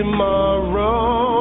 Tomorrow